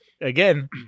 Again